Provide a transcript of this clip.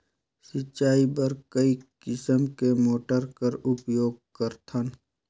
सिंचाई बर कई किसम के मोटर कर उपयोग करथन?